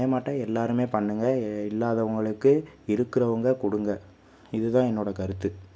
அதேமாட்டாக எல்லோருமே பண்ணுங்க இல்லாதவங்களுக்கு இருக்கிறவங்க கொடுங்க இதுதான் என்னோடய கருத்து